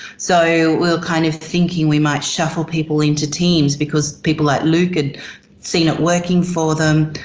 so, we were kind of thinking we might shuffle people into teams, because people like luke had seen it working for them,